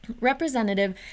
Representative